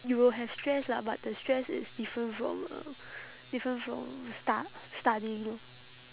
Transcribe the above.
you will have stress lah but the stress is different from uh different from stu~ studying lor